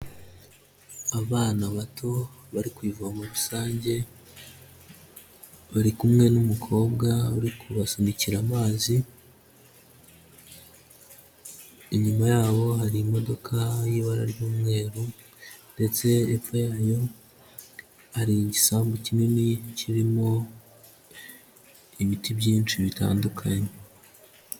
Abana bato bari ku ivomo rusange, bari kumwe n'umukobwa uri kubasunikira amazi, inyuma yabo hari imodoka y'ibara ry'umweru ndetse epfo yayo hari igisambu kinini kirimo ibiti byinshi bitandukanye.